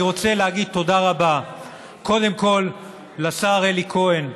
אני רוצה להגיד תודה רבה קודם כול לשר אלי כהן,